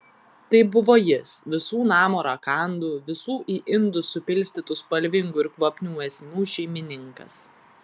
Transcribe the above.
tai buvo jis visų namo rakandų visų į indus supilstytų spalvingų ir kvapnių esmių šeimininkas